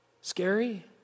Scary